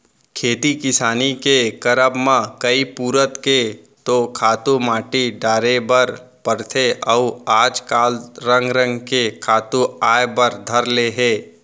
खेती किसानी के करब म कई पुरूत के तो खातू माटी डारे बर परथे अउ आज काल रंग रंग के खातू आय बर धर ले हे